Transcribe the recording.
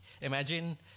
Imagine